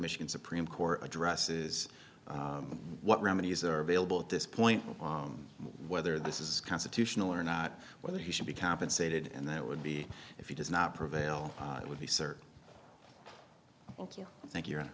michigan supreme court addresses what remedies are available at this point whether this is constitutional or not whether he should be compensated and that would be if he does not prevail it would be sir thank you